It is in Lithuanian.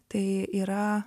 tai yra